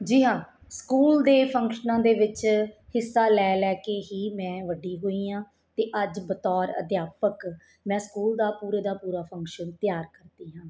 ਜੀ ਹਾਂ ਸਕੂਲ ਦੇ ਫੰਕਸ਼ਨਾਂ ਦੇ ਵਿੱਚ ਹਿੱਸਾ ਲੈ ਲੈ ਕੇ ਹੀ ਮੈਂ ਵੱਡੀ ਹੋਈ ਹਾਂ ਅਤੇ ਅੱਜ ਬਤੌਰ ਅਧਿਆਪਕ ਮੈਂ ਸਕੂਲ ਦਾ ਪੂਰੇ ਦਾ ਪੂਰਾ ਫੰਕਸ਼ਨ ਤਿਆਰ ਕਰਦੀ ਹਾਂ